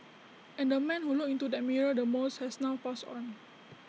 and the man who looked into that mirror the most has now passed on